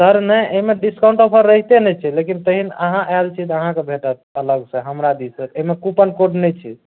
sir नहि एहिमे discount रहिते नहि छै लेकिन तहन अहाँ आयल छियै तऽ अहाँकेँ भेटत अलग से हमरा दिशसँ एहिमे कूपन कोड नहि छै